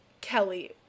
Kelly